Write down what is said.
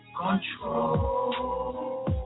Control